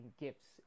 gifts